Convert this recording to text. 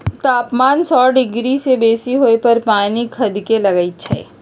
तापमान सौ डिग्री से बेशी होय पर पानी खदके लगइ छै